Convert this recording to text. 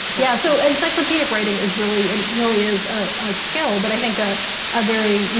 yeah, so encyclopedic writing is really, it really is a skill, but, i think, ah a very,